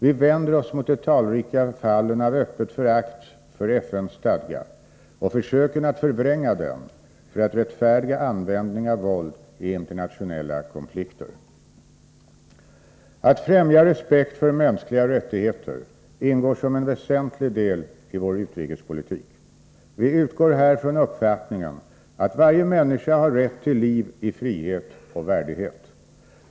Vi vänder oss mot de talrika fallen av öppet förakt för FN:s stadga och försöken att förvränga den för att rättfärdiga användning av våld i internationella konflikter. Att främja respekt för mänskliga rättigheter ingår som en väsentlig del i vår utrikespolitik. Vi utgår här från uppfattningen att varje människa har rätt till liv i frihet och värdighet.